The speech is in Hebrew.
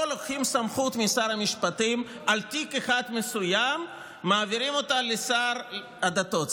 פה לוקחים סמכות משר המשפטים על תיק אחד מסוים ומעבירים אותה לשר הדתות,